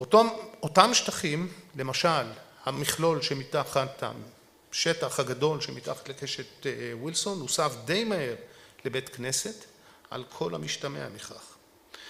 אותם שטחים, למשל המכלול שמתחת השטח הגדול שמתחת לקשת ווילסון הוסב די מהר לבית כנסת על כל המשתמע מכך.